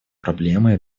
проблемой